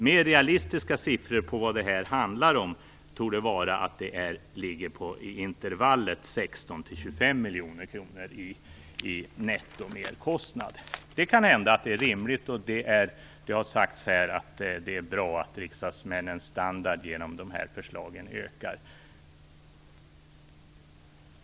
Mer realistiska siffror på vad det handlar om torde ligga i intervallet 16-25 miljoner kronor i nettomerkostnad. Det kan hända att det är rimligt. Det har sagts här att det är bra att riksdagsmännens standard ökar genom de här förslagen.